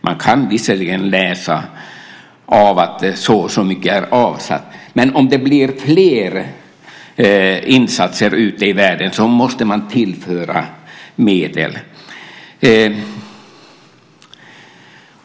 Man kan visserligen läsa av att så och så mycket är avsatt. Men om det blir fler insatser ute i världen måste man tillföra medel.